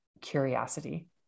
curiosity